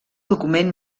document